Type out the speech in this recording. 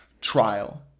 trial